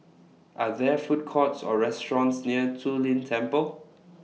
Are There Food Courts Or restaurants near Zu Lin Temple